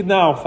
now